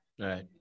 Right